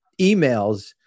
emails